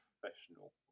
professional